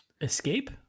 Escape